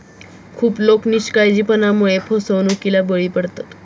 खूप लोक निष्काळजीपणामुळे फसवणुकीला बळी पडतात